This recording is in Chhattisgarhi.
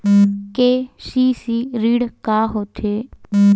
के.सी.सी ऋण का होथे?